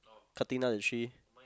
cutting down the tree